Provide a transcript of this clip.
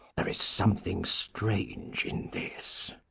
there is something strange in this.